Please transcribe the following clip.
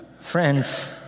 friends